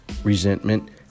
resentment